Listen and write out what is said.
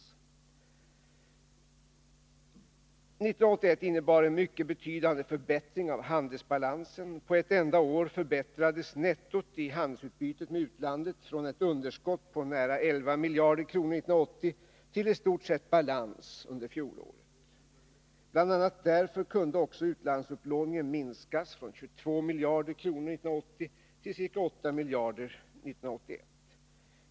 1981 innebar en mycket betydande förbättring av handelsbalansen. På ett enda år förbättrades nettot i handelsutbytet med utlandet från ett underskott på nära 11 miljarder kronor 1980 till i stort sett balans under fjolåret. Bl. a. därför kunde också utlandsupplåningen minskas från 22 miljarder kronor 1980 till ca 8 miljarder kronor 1981.